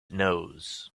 knows